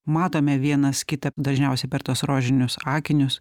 matome vienas kitą dažniausiai per tuos rožinius akinius